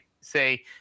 say